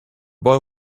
boy